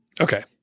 Okay